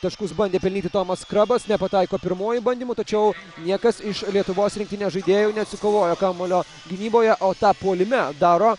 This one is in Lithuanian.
taškus bandė pelnyti tomas kriobas nepataiko pirmuoju bandymu tačiau niekas iš lietuvos rinktinės žaidėjų neatsikovojo kamuolio gynyboje o tą puolime daro